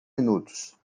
minutos